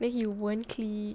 then he one clique